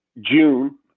June